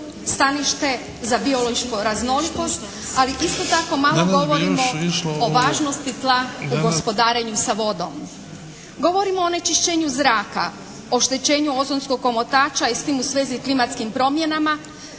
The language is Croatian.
stanište za biološku raznolikost. Ali isto tako malo govorimo o važnosti tla u gospodarenju sa vodom. Govorimo o onečišćenju zraka, oštećenju ozonskog omotača i s tim u svezi klimatskim promjenama